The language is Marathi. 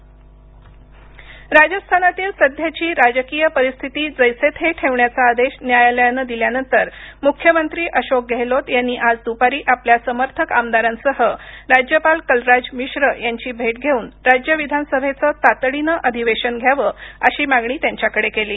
राजस्थान राजस्थानातील सध्याची राजकीय परिस्थिती जैसे थे ठेवण्याचा आदेश न्यायालयानं दिल्यानंतर मुख्यमंत्री अशोक गेहलोत यांनी आज दुपारी आपल्या समर्थक आमदारांसह राज्यपाल कलराज मिश्र यांची यांची भेट घेऊन राज्य विधानसभेच तातडीनं अधिवेशन घ्यावं अशी त्यांच्याकडे मागणी केली